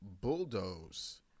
bulldoze